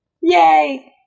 Yay